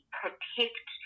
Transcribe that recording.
protect